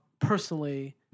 personally